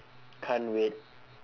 can't wait